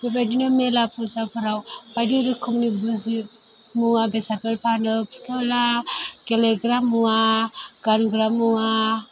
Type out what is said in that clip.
बेफोरबायदिनो मेला पुजाफोराव बायदि रोखोमनि मुवा बेसादफोर फानो फुथुला गेलेग्रा मुवा गानग्रा मुवा